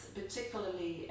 particularly